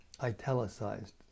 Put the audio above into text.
italicized